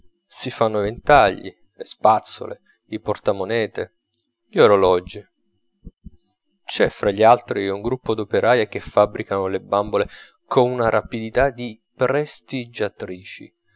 si fanno i ventagli le spazzole i portamonete gli orologi c'è fra gli altri un gruppo d'operaie che fabbricano le bambole con una rapidità di